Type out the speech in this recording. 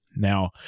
Now